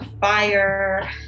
fire